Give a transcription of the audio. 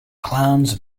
clowns